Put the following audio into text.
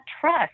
trust